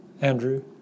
Andrew